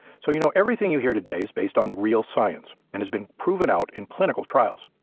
so you know everything you hear today is based on real science and has been proven out in clinical trials.